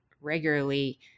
regularly